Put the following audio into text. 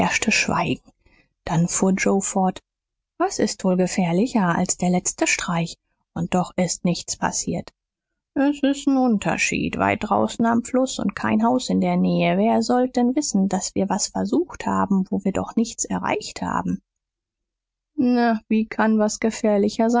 schweigen dann fuhr joe fort was ist wohl gefährlicher als der letzte streich und doch ist nichts passiert das ist n unterschied weit draußen am fluß und kein haus in der nähe wer sollt denn wissen daß wir was versucht haben wo wir doch nichts erreicht haben na wie kann was gefährlicher